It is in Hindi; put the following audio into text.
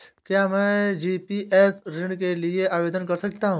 क्या मैं जी.पी.एफ ऋण के लिए आवेदन कर सकता हूँ?